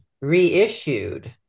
reissued